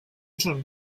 schon